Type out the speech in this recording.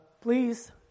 please